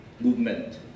movement